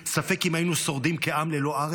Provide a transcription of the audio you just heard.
ספק אם היינו שורדים כעם ללא ארץ,